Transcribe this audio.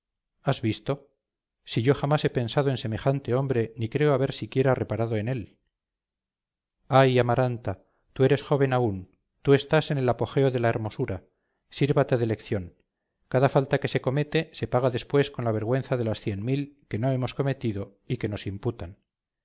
has visto si yo jamás he pensado en semejante hombre ni creo haber siquiera reparado en él ay amaranta tú eres joven aún tú estás en el apogeo de la hermosura sírvate de lección cada falta que se comete se paga después con la vergüenza de las cien mil que no hemos cometido y que nos imputan